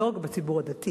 לא רק בציבור הדתי